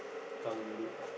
can't get it